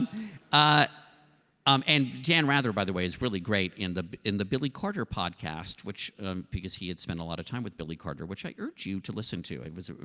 ah um and dan rather, by the way is really great in the in the billy carter podcast, which because he had spent a lot of time with billy carter, which i urge you to listen to. and